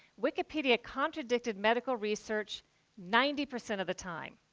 wikipedia contradicted medical research ninety percent of the time.